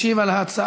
משיב על ההצעה